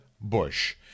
bush